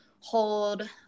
hold